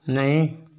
नहीं